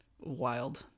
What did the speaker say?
wild